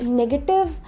negative